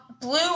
Blue